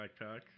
backpack